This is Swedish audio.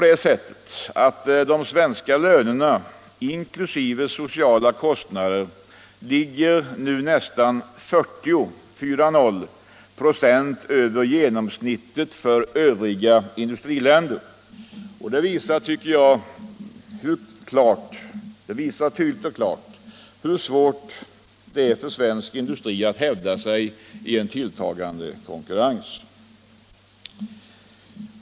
De svenska lönerna inklusive sociala kostnader ligger nu nästan 40 26 över genomsnittet för övriga industriländer. Det visar tydligt och klart hur svårt det är för svensk industri att hävda sig i en tilltagande konkurrens.